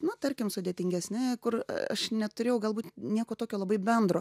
nu tarkim sudėtingesni kur aš neturėjau galbūt nieko tokio labai bendro